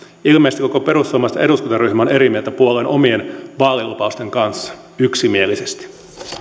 ilmeisesti koko perussuomalaisten eduskuntaryhmä on eri mieltä puolueen omien vaalilupausten kanssa yksimielisesti